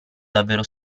davvero